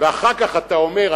ואחר כך אתה אומר,